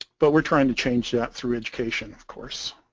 but we're trying to change that through education of course.